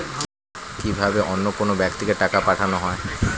কি ভাবে অন্য কোনো ব্যাক্তিকে টাকা পাঠানো হয়?